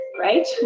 right